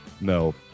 No